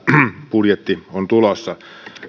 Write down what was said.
budjetti on tulossa